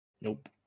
Nope